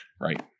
Right